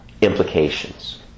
implications